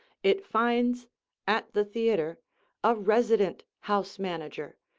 it finds at the theatre a resident house manager,